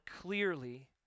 clearly